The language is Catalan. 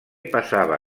passava